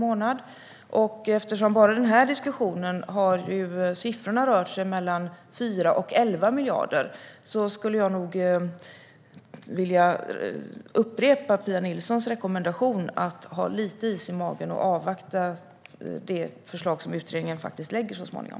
Eftersom siffrorna i bara den här diskussionen har rört sig mellan 4 och 11 miljarder vill jag nog upprepa Pia Nilssons rekommendation om att ha lite is i magen och avvakta det förslag som utredningen så småningom faktiskt lägger fram.